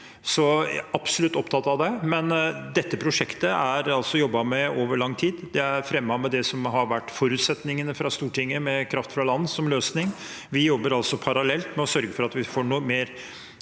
Jeg er absolutt opptatt av det, men dette prosjektet er altså jobbet med over lang tid. Det er fremmet med det som har vært forutsetningene fra Stortinget, med kraft fra land som løsning. Vi jobber parallelt med å sørge for at vi får mer